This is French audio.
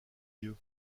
yeux